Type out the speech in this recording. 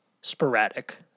sporadic